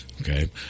okay